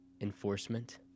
Enforcement